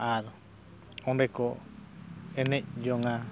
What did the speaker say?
ᱟᱨ ᱚᱸᱰᱮᱠᱚ ᱮᱱᱮᱡ ᱡᱚᱝᱟ